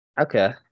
Okay